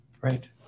Right